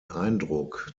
eindruck